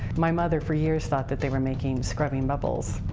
my mother, for years, thought that they were making scrubbing bubbles.